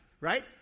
right